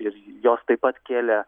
ir jos taip pat kėlė